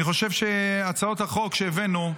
אני חושב שהצעות החוק שהבאנו,